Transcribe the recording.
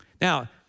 Now